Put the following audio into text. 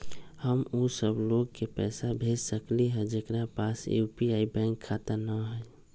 हम उ सब लोग के पैसा भेज सकली ह जेकरा पास यू.पी.आई बैंक खाता न हई?